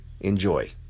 Enjoy